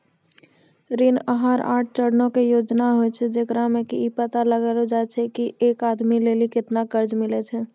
ऋण आहार आठ चरणो के योजना होय छै, जेकरा मे कि इ पता लगैलो जाय छै की एक आदमी लेली केतना कर्जा मिलै छै